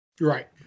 Right